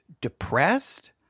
depressed